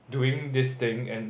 doing this thing and